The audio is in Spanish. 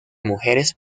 mujeres